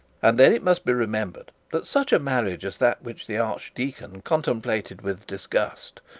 and then it must be remembered that such a marriage as that which the archdeacon contemplated with disgust,